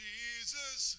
Jesus